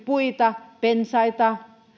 puita pensaita